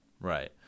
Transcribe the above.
Right